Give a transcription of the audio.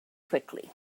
quickly